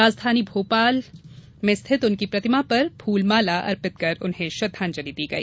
राजधानी भोपाल मे स्थित उनकी प्रतिमॉ पर फूल माला अर्पित कर श्रद्धांजलि दी गई